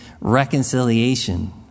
reconciliation